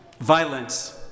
Violence